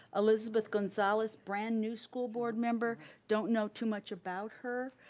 elizabeth gozalez, brand new school board member. don't know too much about her,